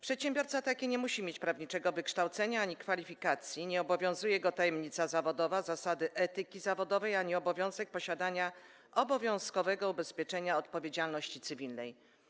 Przedsiębiorca taki nie musi mieć prawniczego wykształcenia ani kwalifikacji, nie obowiązuje go tajemnica zawodowa, zasady etyki zawodowej ani obowiązek posiadania obowiązkowego ubezpieczenia odpowiedzialności cywilnej.